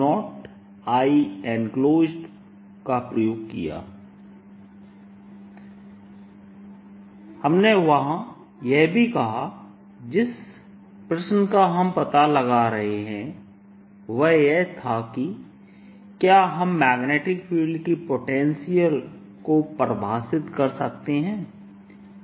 B0J Bdl0Ienclosed हमने वहां यह भी कहा जिस प्रश्न का हम पता लगा रहे हैं वह यह था कि क्या हम मैग्नेटिक फील्ड की पोटेंशियल को परिभाषित कर सकते हैं